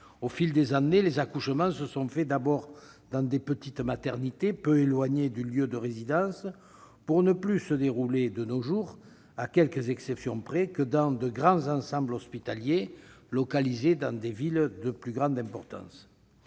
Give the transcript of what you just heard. Au fil des ans, les accouchements se sont déplacés d'abord dans des petites maternités peu éloignées du lieu de résidence, pour ne plus se dérouler de nos jours, à quelques exceptions près, que dans de grands ensembles hospitaliers, localisés dans des villes de plus grande importance.